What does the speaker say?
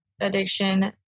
addiction